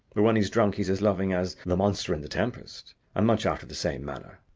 but when he's drunk, he's as loving as the monster in the tempest, and much after the same manner.